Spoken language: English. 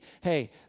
hey